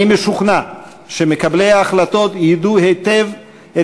אני משוכנע שמקבלי ההחלטות יֵדעו היטב את